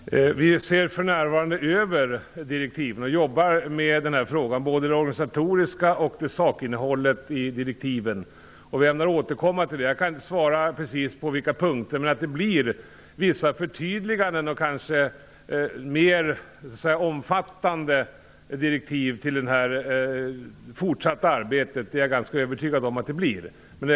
Herr talman! Vi ser för närvarande över direktiven och jobbar med både det organisatoriska och sakinnehållet i direktiven. Vi återkommer till det. Jag kan inte svara precis på vilka punkter det blir ändringar, men att det blir vissa förtydliganden och kanske mer omfattande direktiv för det fortsatta arbetet är jag ganska övertygad om.